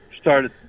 started